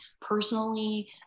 personally